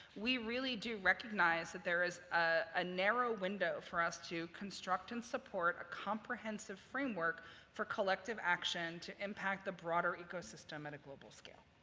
we really do recognize that there is a narrow window for us to construct and support a comprehensive framework for collective action to impact the broader ecosystem at a global scale.